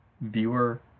viewer